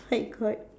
my god